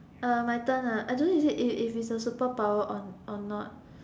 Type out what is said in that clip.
uh my turn ah I don't know is it if it's a superpower or or not